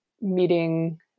meeting